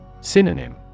Synonym